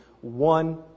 one